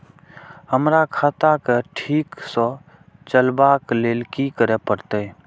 हमरा खाता क ठीक स चलबाक लेल की करे परतै